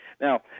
Now